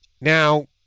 Now